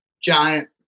giant